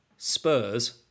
Spurs